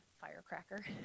firecracker